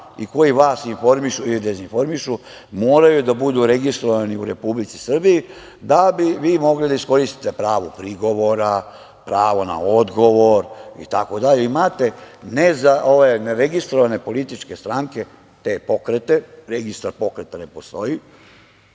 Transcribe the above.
i koji vaš informišu ili dezinformišu moraju da budu registrovani u Republici Srbiji da bi vi mogli da iskoristite pravo prigovora, pravo na odgovor, itd. Imate neregistrovane političke stranke, te pokrete, registar pokreta ne postoji,